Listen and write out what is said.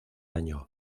año